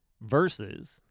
Versus